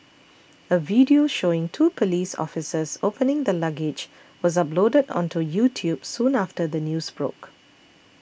a video showing two police officers opening the luggage was uploaded onto YouTube soon after the news broke